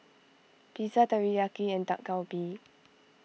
Pizza Teriyaki and Dak Galbi